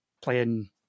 playing